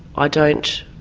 ah don't